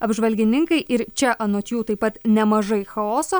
apžvalgininkai ir čia anot jų taip pat nemažai chaoso